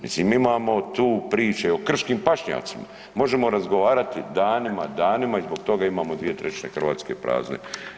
Mislim imamo tu priče, o krškim pašnjacima, možemo razgovarati danima, danima i zbog toga imamo 2/3 Hrvatske prazne.